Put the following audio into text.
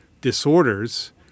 disorders